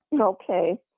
Okay